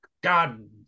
God